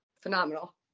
phenomenal